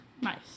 Nice